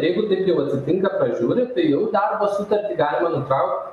jeigu taip jau atsitinka pažiūrit tai jau į darbo sutartį galima nutraukt